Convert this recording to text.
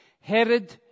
Herod